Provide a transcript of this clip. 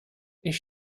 ich